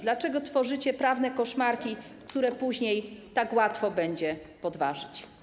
Dlaczego tworzycie prawne koszmarki, które później tak łatwo będzie podważyć?